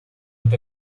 with